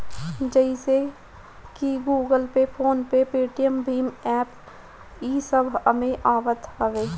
जइसे की Google Pay, PhonePe, Paytm भीम एप्प इस सब एमे आवत हवे